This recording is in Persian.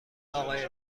آقای